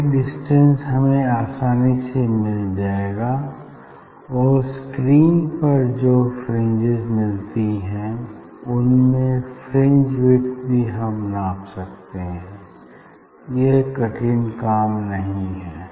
यह डिस्टेंस हमें आसानी से मिल जाएगा और स्क्रीन पर जो फ्रिंजेस मिलती हैं उनमें फ्रिंज विड्थ भी हम नाप सकते हैं यह कठिन काम नहीं है